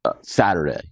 Saturday